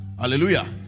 Hallelujah